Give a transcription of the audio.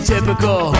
Typical